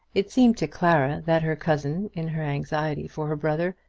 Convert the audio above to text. it seemed to clara that her cousin, in her anxiety for her brother,